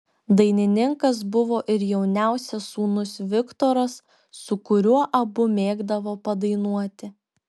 dainininkas buvo ir jauniausias sūnus viktoras su kuriuo abu mėgdavo padainuoti